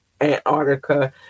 Antarctica